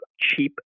cheap